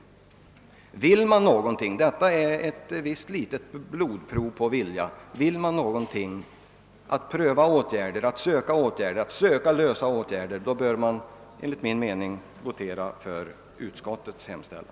Vill man verkligen göra någonting — och detta är ett litet >»blodprov» på den viljan — och försöka finna lämpliga åtgärder bör man enligt min mening votera för utskottets hemställan.